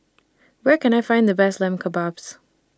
Where Can I Find The Best Lamb Kebabs